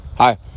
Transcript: Hi